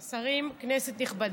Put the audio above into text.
שרים, כנסת נכבדה,